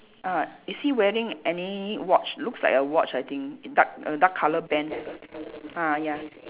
ah is he wearing any watch looks like a watch I think dark dark colour band ah ya